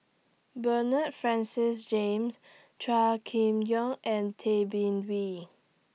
Bernard Francis James Chua Kim Yeow and Tay Bin Wee